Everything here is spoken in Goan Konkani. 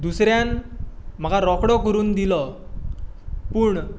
दुसऱ्यान म्हाका रोखडो करून दिलो पूण